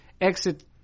exit